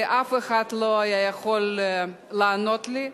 ואף אחד לא היה יכול לענות לי.